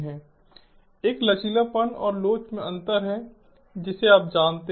एक लचीलापन और लोच में अंतर है जिसे आप जानते हैं